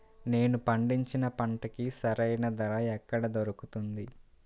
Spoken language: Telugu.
నేను పండించిన పంటకి సరైన ధర ఎక్కడ దొరుకుతుంది?